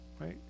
Right